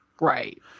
Right